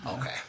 Okay